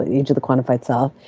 the age of the quantified cell,